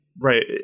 Right